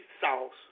sauce